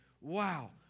Wow